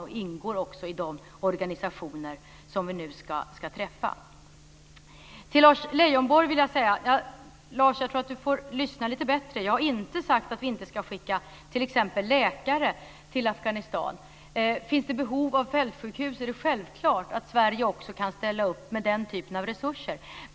Det är också en av de organisationer som vi nu ska träffa. Till Lars Leijonborg vill jag säga att han borde lyssna lite bättre. Jag har inte sagt att vi inte ska skicka t.ex. läkare till Afghanistan. Finns det behov av ett fältsjukhus är det självklart att Sverige ställer upp med den typen av resurser.